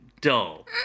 dull